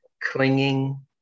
clinging